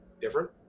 different